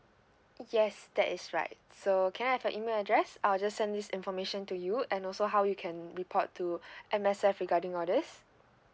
yes that is right so can I have your email address I'll just send these information to you and also how you can report to M_S_F regarding all these